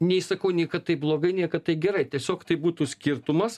nei sakau nei kad tai blogai nei kad tai gerai tiesiog tai būtų skirtumas